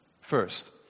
First